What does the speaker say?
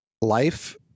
life